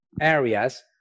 areas